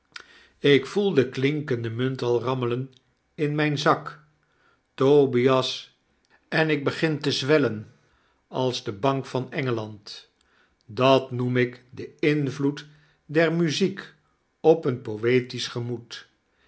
ik voelde klinkende munt al rammelen in mjn zak tobias en ik begin te zwellen als de bank van engeland dat noem ik de invloed der muziek op een poetisch gemoed